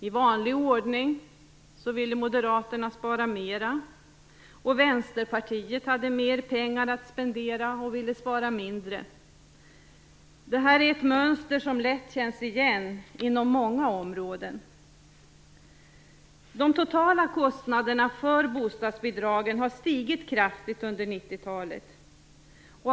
I vanlig ordning ville Moderaterna spara mera, och Vänsterpartiet hade mer pengar att spendera och ville spara mindre. Det är ett mönster som lätt känns igen inom många områden. De totala kostnaderna för bostadsbidragen har stigit kraftigt under 90-talet.